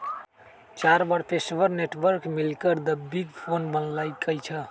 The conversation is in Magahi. चार बड़ पेशेवर नेटवर्क मिलकर द बिग फोर बनल कई ह